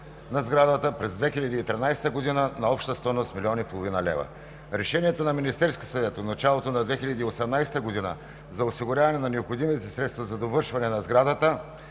на сградата през 2013 г. на обща стойност 1,5 млн. лв. Решението на Министерския съвет от началото на 2018 г. за осигуряването на необходимите средства за довършване на сградата